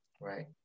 right